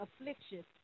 affliction